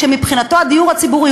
שמבחינתו הדיור הציבורי,